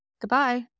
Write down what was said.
Goodbye